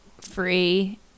free